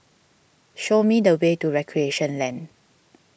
show me the way to Recreation Lane